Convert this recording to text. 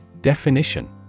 Definition